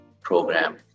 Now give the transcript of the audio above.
program